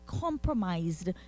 compromised